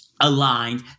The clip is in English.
aligned